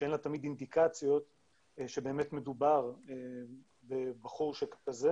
שאין לה תמיד אינדיקציות שבאמת מדובר בבחור שכזה.